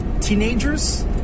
teenagers